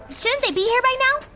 shouldn't they be here by now?